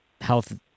health